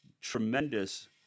tremendous